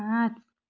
पाँच